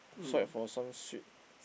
swipe for some sweet